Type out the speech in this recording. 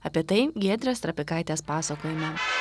apie tai giedrės trapikaitės pasakojime